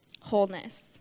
Wholeness